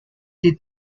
did